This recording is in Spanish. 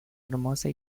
hermosa